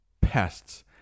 pests